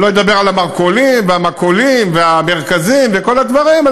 אני לא אדבר על המרכולים והמכולות והמרכזים וכל הדברים.